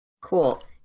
Cool